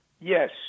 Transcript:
Yes